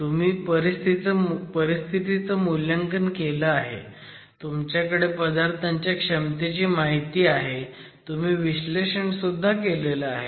तुम्ही परिस्थितीचं मूल्यांकन केलं आहे तुमच्याकडे पदार्थांच्या क्षमतेची माहिती आहे तुम्ही विश्लेषण सुद्धा केलेलं आहे